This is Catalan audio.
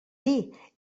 dir